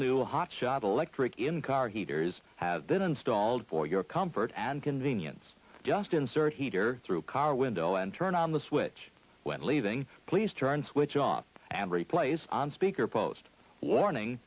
new hot shot electric in car heaters have been installed for your comfort and convenience just insert heater through car window and turn on the switch when leaving please try and switch off and replace on speaker post warning